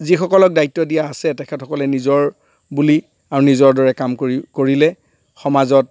যিসকলক দায়িত্ব দিয়া আছে তেখেতসকলে নিজৰ বুলি আৰু নিজৰ দৰে কাম কৰি কৰিলে সমাজত